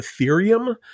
Ethereum